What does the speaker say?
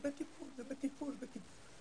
זה בטיפול, בטיפול, בטיפול.